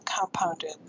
compounded